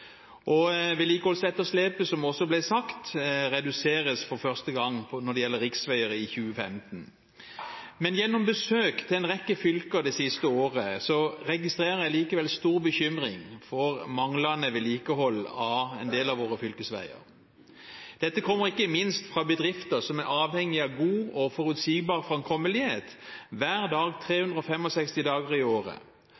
tidligere. Vedlikeholdsetterslepet, som det også ble sagt, reduseres for første gang når det gjelder riksveier, i 2015. Men gjennom besøk til en rekke fylker det siste året registrerer jeg likevel stor bekymring for manglende vedlikehold av en del av våre fylkesveier. Dette kommer ikke minst fra bedrifter som er avhengig av god og forutsigbar framkommelighet hver dag 365 dager i året.